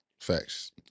Facts